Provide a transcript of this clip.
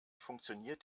funktioniert